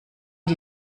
die